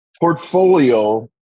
portfolio